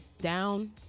down